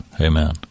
Amen